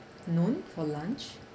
noon for lunch